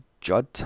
Judd